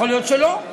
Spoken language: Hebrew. יכול להיות שלא,